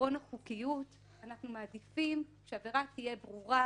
בעיקרון החוקיות אנחנו מעדיפים שהעבירה תהיה ברורה,